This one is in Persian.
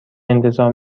انتظار